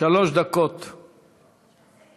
שלוש דקות לרשותך.